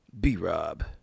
B-Rob